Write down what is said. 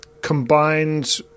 combined